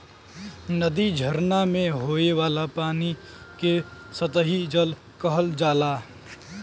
नदी, झरना में होये वाला पानी के सतही जल कहल जाला